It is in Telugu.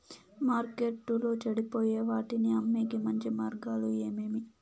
మార్కెట్టులో చెడిపోయే వాటిని అమ్మేకి మంచి మార్గాలు ఏమేమి